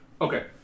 Okay